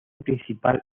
principal